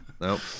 Nope